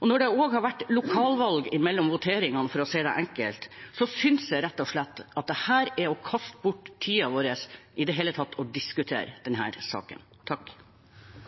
og når det også har vært lokalvalg mellom voteringene, for å si det enkelt, synes jeg rett og slett at det er å kaste bort tiden vår i det hele tatt å diskutere denne saken. Saken vil nok diskuteres, selv om den ikke burde være her akkurat nå, i denne saken.